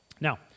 Now